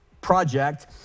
Project